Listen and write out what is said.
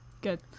Good